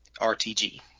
RTG